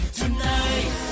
tonight